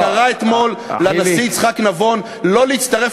הוא קרא אתמול לנשיא יצחק נבון לא להצטרף